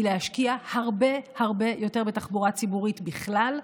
היא להשקיע הרבה הרבה יותר בתחבורה ציבורית בכלל,